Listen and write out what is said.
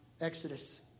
Exodus